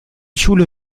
schule